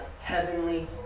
heavenly